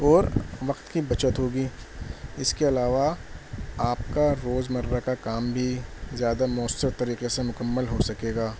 اور وقت کی بچت ہوگی اس کے علاوہ آپ کا روز مرّہ کا کام بھی زیادہ مؤثر طریقے سے مکمل ہو سکے گا